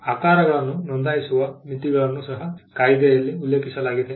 ಆಕಾರಗಳನ್ನು ನೋಂದಾಯಿಸುವ ಮಿತಿಗಳನ್ನು ಸಹ ಕಾಯಿದೆಯಲ್ಲಿ ಉಲ್ಲೇಖಿಸಲಾಗಿದೆ